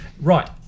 Right